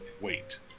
wait